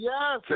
Yes